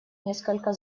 несколько